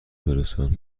برسان